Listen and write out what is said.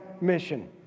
mission